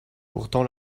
pourtant